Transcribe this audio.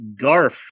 Garf